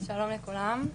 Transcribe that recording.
שלום לכולן.